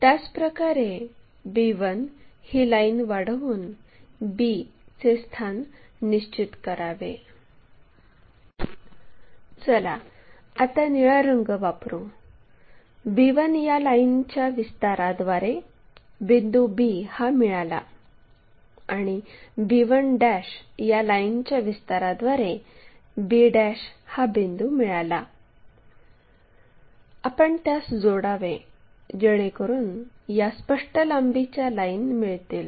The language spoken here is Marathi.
त्याचप्रकारे b1 ही लाईन वाढवून b चे स्थान निश्चित करावे चला आता निळा रंग वापरू b1 या लाईनच्या विस्ताराद्वारे बिंदू b हा मिळाला आणि b 1 या लाईनच्या विस्ताराद्वारे b हा बिंदू मिळाला आपण त्यास जोडावे जेणेकरून या स्पष्ट लांबीच्या लाईन मिळतील